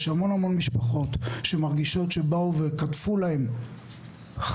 יש המון המון משפחות שמרגישות שבאו וקטפו להם חיים,